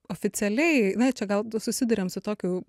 oficialiai na čia gal susiduriam su tokiu